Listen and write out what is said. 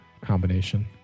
combination